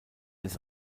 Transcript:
des